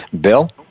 Bill